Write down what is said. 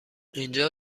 اینجا